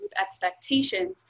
expectations